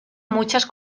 muchas